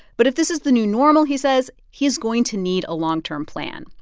but if this is the new normal, he says, he is going to need a long-term plan,